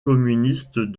communistes